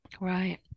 Right